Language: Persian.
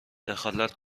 دخالت